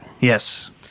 Yes